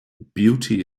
beauty